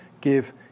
give